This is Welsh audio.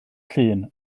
llun